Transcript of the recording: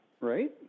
right